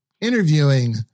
interviewing